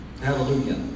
Hallelujah